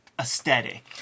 Aesthetic